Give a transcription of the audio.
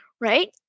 right